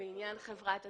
בעניין "חברת גבייה"